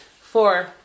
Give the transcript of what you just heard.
Four